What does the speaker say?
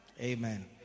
Amen